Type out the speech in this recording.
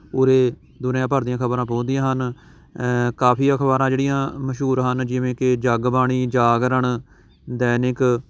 ਪੂਰੇ ਦੁਨੀਆ ਭਰ ਦੀਆਂ ਖਬਰਾਂ ਪਹੁੰਚਦੀਆਂ ਹਨ ਕਾਫੀ ਅਖ਼ਬਾਰਾਂ ਜਿਹੜੀਆਂ ਮਸ਼ਹੂਰ ਹਨ ਜਿਵੇਂ ਕਿ ਜਗਬਾਣੀ ਜਾਗਰਣ ਦੈਨਿਕ